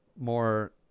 more